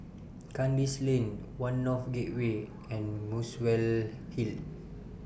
Kandis Lane one North Gateway and Muswell Hill